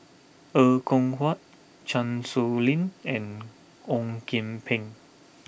Er Kwong Wah Chan Sow Lin and Ong Kian Peng